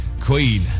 Queen